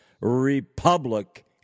republic